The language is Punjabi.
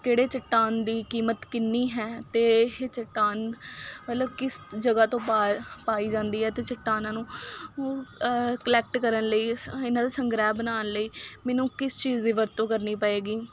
ਕਿਹੜੇ ਚੱਟਾਨ ਦੀ ਕੀਮਤ ਕਿੰਨੀ ਹੈ ਅਤੇ ਇਹ ਚੱਟਾਨ ਮਤਲਬ ਕਿਸ ਜਗ੍ਹਾ ਤੋਂ ਪਾ ਪਾਈ ਜਾਂਦੀ ਹੈ ਅਤੇ ਚੱਟਾਨਾਂ ਨੂੰ ਉ ਕਲੈਕਟ ਕਰਨ ਲਈ ਇਸ ਇਹਨਾਂ ਦਾ ਸੰਗ੍ਰਹਿ ਬਣਾਉਣ ਲਈ ਮੈਨੂੰ ਕਿਸ ਚੀਜ਼ ਦੀ ਵਰਤੋਂ ਕਰਨੀ ਪਵੇਗੀ